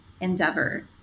endeavor